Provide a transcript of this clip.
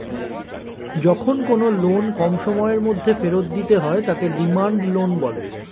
যখন কোনো লোন কম সময়ের মধ্যে ফেরত দিতে হয় তাকে ডিমান্ড লোন বলে